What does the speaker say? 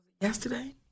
yesterday